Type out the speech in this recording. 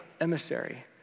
emissary